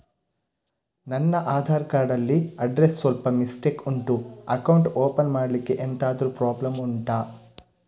ನನ್ನ ಆಧಾರ್ ಕಾರ್ಡ್ ಅಲ್ಲಿ ಅಡ್ರೆಸ್ ಸ್ವಲ್ಪ ಮಿಸ್ಟೇಕ್ ಉಂಟು ಅಕೌಂಟ್ ಓಪನ್ ಮಾಡ್ಲಿಕ್ಕೆ ಎಂತಾದ್ರು ಪ್ರಾಬ್ಲಮ್ ಉಂಟಾ